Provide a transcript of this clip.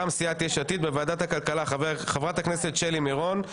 סיעת יש עתיד בוועדת הכלכלה: חברת הכנסת שלי מירון.